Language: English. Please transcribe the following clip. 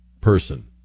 person